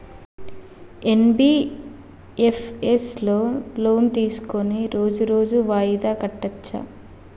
NBFS లో loan తీస్కొని రోజు రోజు వాయిదా కట్టచ్ఛా?